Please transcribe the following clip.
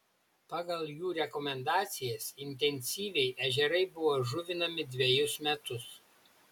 pagal jų rekomendacijas intensyviai ežerai buvo žuvinami dvejus metus